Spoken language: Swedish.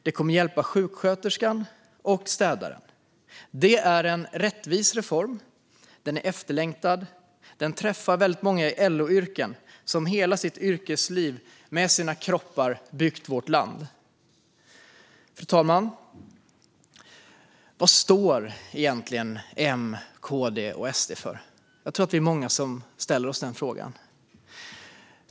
Det kommer att hjälpa sjuksköterskan och städaren. Det är en rättvis reform. Den är efterlängtad, och den träffar många i LO-yrken som under hela sina yrkesliv med sina kroppar har byggt vårt land. Fru talman! Vad står egentligen M, KD och SD för? Jag tror att vi är många som frågar oss det.